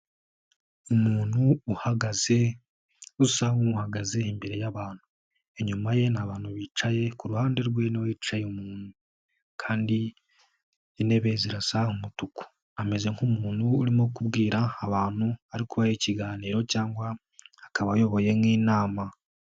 Umuntu uhagaze usa nk'uhagaze imbere y'abantu. Inyuma ye ni abantu bicaye kuhande rwe hari uwicaye kandi intebe zirasa umutuku. Ameze nk'umuntu urimo kubwira abantu ariko ikiganiro cyangwa akaba ayoboye nk'inama.